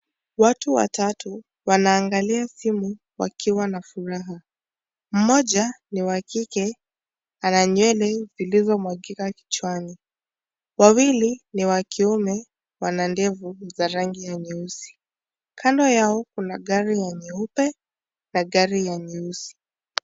Watu watatu wanaangalia simu wakiwa na furaha. Mmoja, ni wa kike ana nywele vilivyomwagika kichwani. Wawili, ni wa kiume, wana ndevu za rangi ya nyeusi. Kando yao, kuna gari ya nyeupe na gari ya nyeusi.